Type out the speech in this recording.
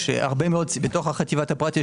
בתוך חטיבת הפרט,